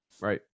Right